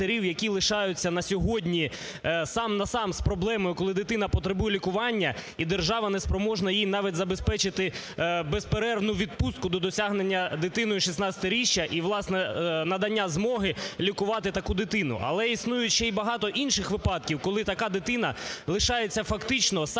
дитина потребує лікування і держава неспроможна їм навіть забезпечити безперервну відпустку до досягнення дитиною шістнадцятиріччя і, власне, надання змоги лікувати таку дитину. Але існує ще й багато інших випадків, коли така дитина лишається фактично сам-на-сам